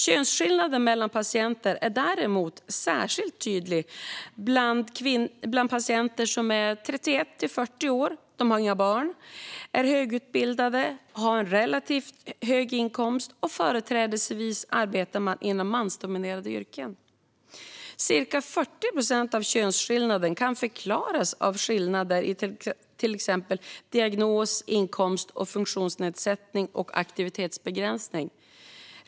Könsskillnaden mellan patienter är däremot särskilt tydlig bland patienter som är 31-40 år, inte har några barn, är högutbildade, har en relativt hög inkomst och företrädesvis arbetar inom mansdominerande yrken. Cirka 40 procent av könsskillnaden kan förklaras av skillnaden i till exempel diagnos, inkomst, funktionsnedsättning och aktivitetsbegränsning.